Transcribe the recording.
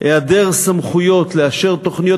היעדר סמכויות לאשר תוכניות,